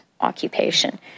occupation